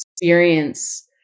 experience